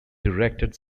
directed